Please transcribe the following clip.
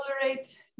tolerate